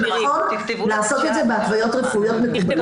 -- -לעשות את זה בהתוויות רפואיות מקובלות,